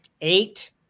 eight